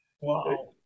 Wow